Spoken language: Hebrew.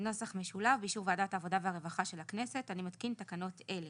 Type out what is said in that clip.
משולב באישור ועדת העבודה והרווחה של הכנסת אני מתקין תקנות אלה.